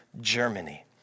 Germany